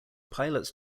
pilots